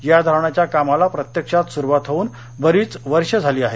या धरणाच्या कामाला प्रत्यक्षात सुरूवात होऊन बरीच वर्षे झाली आहेत